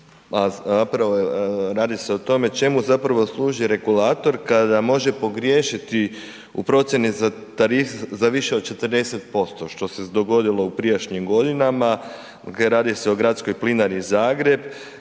zapravo radi se o tome čemu zapravo služi regulator kada može pogriješiti u procjeni za tarife za više od 40%, što se dogodilo u prijašnjim godinama, radi se o Gradskoj plinari Zagreb